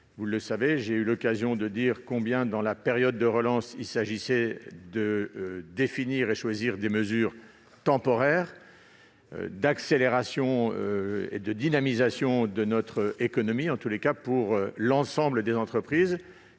vous le savez, j'ai eu l'occasion de dire combien, dans la période de relance, il est important de définir et de choisir des mesures temporaires d'accélération et de dynamisation de notre économie. Certes, des entreprises